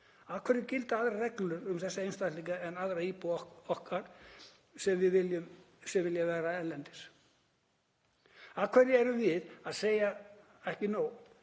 Af hverju gilda aðrar reglur um þessa einstaklinga en aðra íbúa okkar sem vilja vera erlendis? Af hverju er það ekki nóg